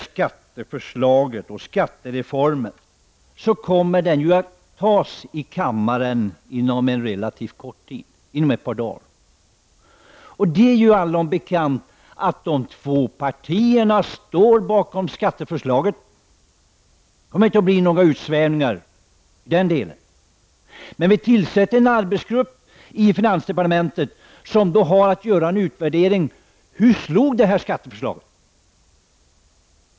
Inom ett par dagar kommer vi här att fatta beslut om skatteförslaget och skattereformen. Det är allom bekant vilka två partier som står bakom skatteförslaget. Det kommer inte att bli några utsvävningar i den delen. Vi tillsätter en arbetsgrupp i finansdepartementet som har att göra en utvärdering. Hur slår skatteförslaget?